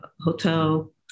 hotel